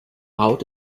haut